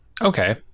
Okay